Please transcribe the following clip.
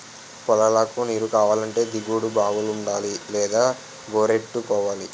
పొలాలకు నీరుకావాలంటే దిగుడు బావులుండాలి లేదా బోరెట్టుకోవాలి